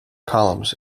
columns